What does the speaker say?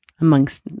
amongst